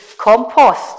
compost